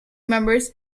members